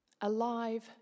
Alive